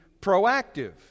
proactive